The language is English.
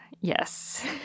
Yes